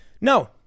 No